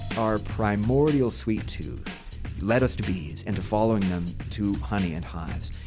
our primordial sweet tooth led us to bees and to following them to honey and hives.